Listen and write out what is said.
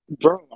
Bro